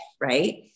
right